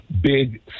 big